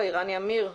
רני עמיר,